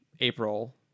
april